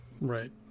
Right